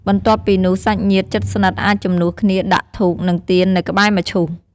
បន្ទាប់ពីនោះ សាច់ញាតិជិតស្និទ្ធអាចជំនួសគ្នាដាក់ធូប និងទៀននៅក្បែរមឈូស។